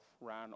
ran